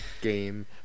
game